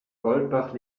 goldbach